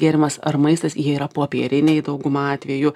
gėrimas ar maistas jie yra popieriniai dauguma atvejų